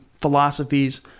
philosophies